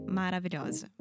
maravilhosa